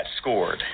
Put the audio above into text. scored